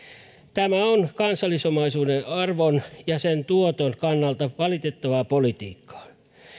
tämä on kansallisomaisuuden arvon ja sen tuoton kannalta valitettavaa politiikkaa